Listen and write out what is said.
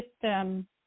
system